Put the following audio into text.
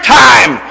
time